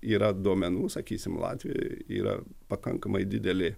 yra duomenų sakysim latvijoj yra pakankamai didelė